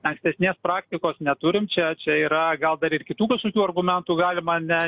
ankstesnės praktikos neturim čia čia yra gal dar ir kitų kažkokių argumentų galima ne